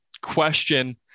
question